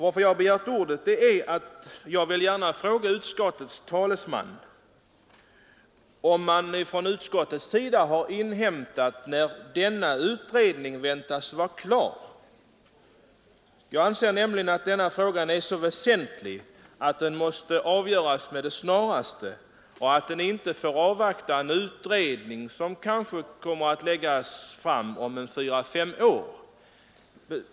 Att jag begärt ordet beror på att jag gärna vill fråga utskottets talesman, om utskottet har inhämtat när denna utredning väntas bli klar. Jag anser denna fråga vara så väsentlig att den måste avgöras med det snaraste. Man bör inte avvakta resultatet av en utredning, som kanske kommer att läggas fram om fyra fem år.